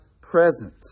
presence